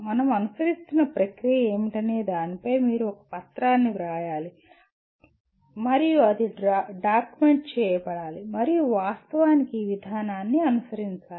మనం అనుసరిస్తున్న ప్రక్రియ ఏమిటనే దానిపై మీరు ఒక పత్రాన్ని వ్రాయాలి మరియు అది డాక్యుమెంట్ చేయబడాలి మరియు వాస్తవానికి ఈ విధానాన్ని అనుసరించాలి